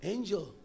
Angel